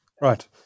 Right